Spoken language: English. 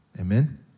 Amen